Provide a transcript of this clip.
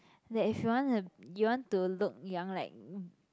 that if you want to you want to look young like